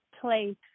place